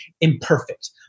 imperfect